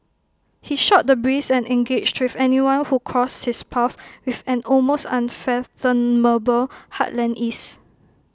he shot the breeze and engaged with anyone who crossed his path with an almost unfathomable heartland ease